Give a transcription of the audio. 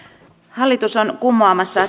hallitus on kumoamassa